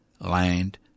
land